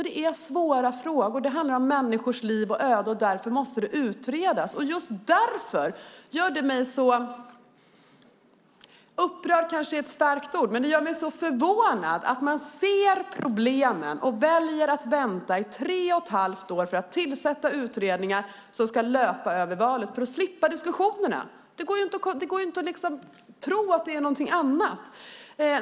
Det är svåra frågor. Det handlar om människors liv och öde, och därför måste det utredas. Och just därför gör det mig om inte upprörd - det kanske är ett alltför starkt ord - så ändå förvånad att man ser problemen och väljer att vänta i tre och ett halvt år för att tillsätta utredningar som ska löpa över valet för att slippa diskussionerna. Det går inte att tro att det handlar om någonting annat.